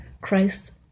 Christ